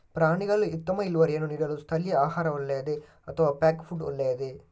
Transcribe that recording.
ಪ್ರಾಣಿಗಳು ಉತ್ತಮ ಇಳುವರಿಯನ್ನು ನೀಡಲು ಸ್ಥಳೀಯ ಆಹಾರ ಒಳ್ಳೆಯದೇ ಅಥವಾ ಪ್ಯಾಕ್ ಫುಡ್ ಒಳ್ಳೆಯದೇ?